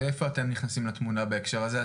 ואיפה אתם נכנסים לתמונה, בהקשר הזה?